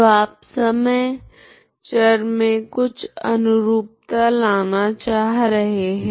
तो आप समय चर मे कुछ अनुरूपता लाना चाह रहे है